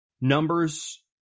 numbers